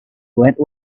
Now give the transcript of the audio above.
went